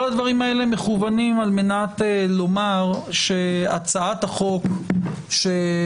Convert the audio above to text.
כל הדברים האלה מכוונים על מנת לומר שהצעת החוק שמנקזת